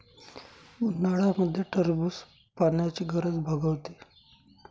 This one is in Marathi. उन्हाळ्यामध्ये टरबूज पाण्याची गरज भागवते